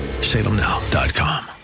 Salemnow.com